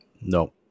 No